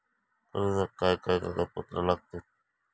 कर्जाक काय काय कागदपत्रा लागतत?